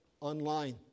online